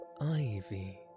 ivy